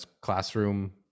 classroom